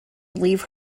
leave